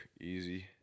Easy